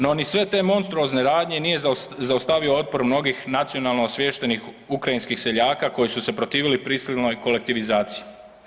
No, ni sve te monstruozne radnje nije zaustavio otpor mnogih nacionalno osviještenih ukrajinskih seljaka, koji su se protivili prisilnoj kolektivizaciji.